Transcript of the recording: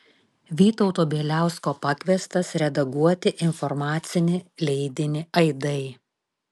vytauto bieliausko pakviestas redaguoti informacinį leidinį aidai